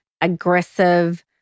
aggressive